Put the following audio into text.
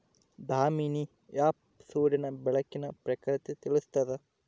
Damini app ಸೂರ್ಯನ ಬೆಳಕಿನ ಪ್ರಖರತೆ ತಿಳಿಸ್ತಾದ